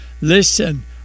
listen